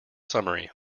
summary